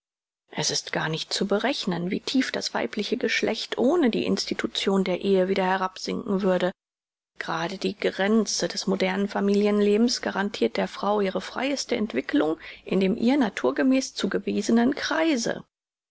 es ist gar nicht zu berechnen wie tief das weibliche geschlecht ohne die institution der ehe wieder herabsinken würde grade die gränze des modernen familienlebens garantirt der frau ihre freieste entwickelung in dem ihr naturgemäß zugewiesenen kreise